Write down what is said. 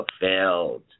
fulfilled